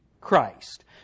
Christ